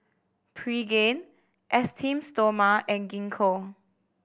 Pregain Esteem Stoma and Gingko